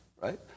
right